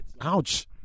ouch